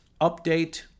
update